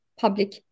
public